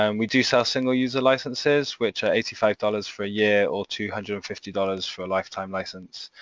um we do sell single-user licences which are eighty five dollars for a year or two hundred and fifty dollars for a lifetime licence